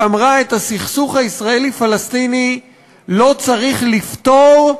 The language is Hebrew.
שאמרה: את הסכסוך הישראלי-פלסטיני לא צריך לפתור,